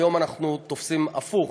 היום אנחנו תופסים הפוך: